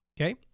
Okay